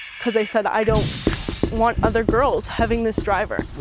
because i said i don't want other girls having this driver.